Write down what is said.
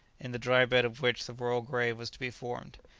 in the dry bed of which the royal grave was to be formed.